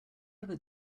ever